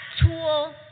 tool